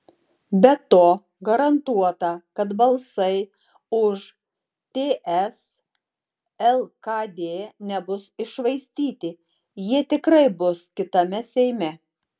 be to garantuota kad balsai už ts lkd nebus iššvaistyti jie tikrai bus kitame seime